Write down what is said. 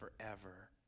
forever